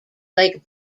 lake